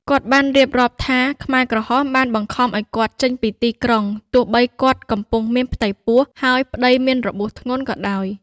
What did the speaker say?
គាត់បានរៀបរាប់ថា ខ្មែរក្រហមបានបង្ខំឱ្យគាត់ចេញពីទីក្រុង ទោះបីគាត់កំពុងមានផ្ទៃពោះ ហើយប្តីមានរបួសធ្ងន់ក៏ដោយ។